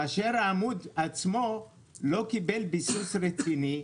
כאשר העמוד עצמו לא קיבל ביסוס רציני,